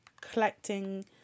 collecting